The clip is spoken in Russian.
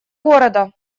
города